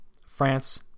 France